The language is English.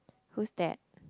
who's that